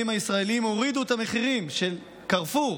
הישראליים שהורידו את המחירים של קרפור,